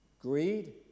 greed